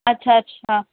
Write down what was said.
اچھا اچھا